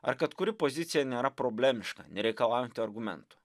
ar kad kuri pozicija nėra problemiška nereikalaujanti argumentų